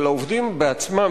אבל העובדים בעצמם,